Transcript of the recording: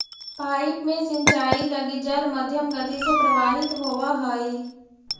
pipe में सिंचाई लगी जल मध्यम गति से प्रवाहित होवऽ हइ